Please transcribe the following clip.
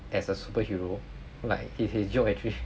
as a superhero like his his joke actually